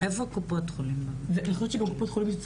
ויכול להיות שגם קופות החולים בתוך